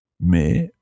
Mais